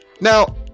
now